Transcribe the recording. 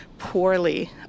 poorly